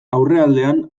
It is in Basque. aurrealdean